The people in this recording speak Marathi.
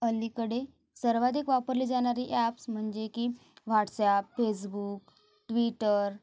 अलीकडे सर्वाधिक वापरली जाणारी ॲप्स म्हणजे की व्हाट्सॲप फेसबुक ट्विटर